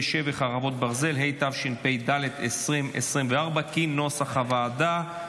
התשפ"ד 2024, כנוסח הוועדה.